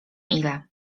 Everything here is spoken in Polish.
ile